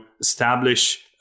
establish